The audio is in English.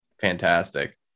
Fantastic